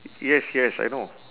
yes yes I know